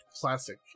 Classic